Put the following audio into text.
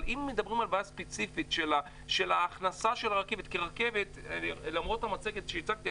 אם מדברים על בעיה ספציפית של ההכנסה של הרכבת למרות המצגת שהצגת,